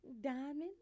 Diamond